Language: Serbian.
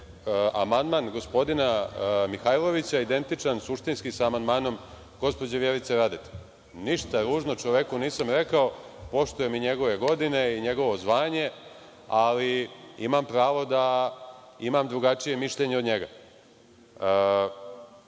amandman gospodina Mihajlovića identičan suštinski sa amandmanom gospođe Vjerice Radete. Ništa ružno čoveku nisam rekao, poštujem i njegove godine i njegovo zvanje, ali imam pravo da imam drugačije mišljenje od njega. Ovde